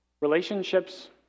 Relationships